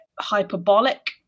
hyperbolic